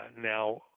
now